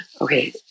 okay